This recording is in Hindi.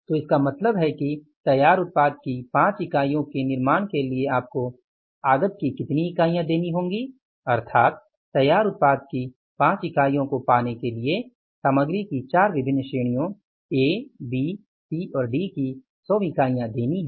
तो इसका मतलब है कि तैयार उत्पाद की 5 इकाइयों के निर्माण के लिए आपको आगत की कितनी इकाइयाँ देनी होंगी अर्थात तैयार उत्पाद की 5 इकाइयों को पाने के लिए सामग्री की 4 विभिन्न श्रेणियों A B C और D की 100 इकाइयां देनी है